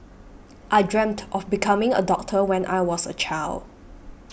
I dreamt of becoming a doctor when I was a child